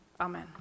Amen